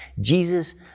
Jesus